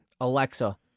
Alexa